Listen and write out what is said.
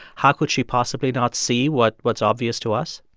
how could she possibly not see what's what's obvious to us?